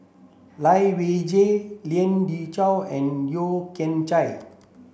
Lai Weijie Lien Ying Chow and Yeo Kian Chye